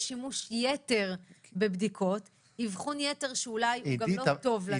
שימוש יתר בבדיקות ואבחון יתר שאולי לא טוב לנו,